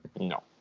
No